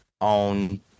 on